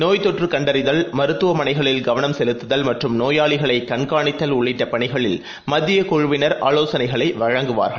நோய்தொற்றுகண்டறிதல் மருத்துவமனைகளில்கவனம்செலுத்துதல்மற்றும்நோயாளிகளைகண்காணித் தல்உள்ளிட்டபணிகளில்மத்தியக்குழுவினர்ஆலோசனைகளைவழங்குவார்கள்